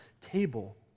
table